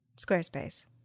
Squarespace